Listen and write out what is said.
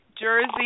Jersey